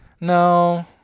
No